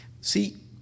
see